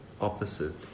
opposite